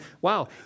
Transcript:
wow